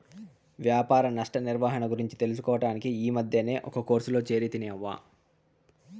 వ్యాపార నష్ట నిర్వహణ గురించి తెలుసుకోడానికి ఈ మద్దినే ఒక కోర్సులో చేరితిని అవ్వా